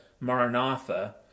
Maranatha